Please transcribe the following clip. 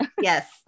Yes